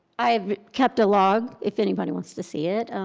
i've kept a log if anybody wants to see it,